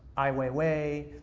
ai weiwei,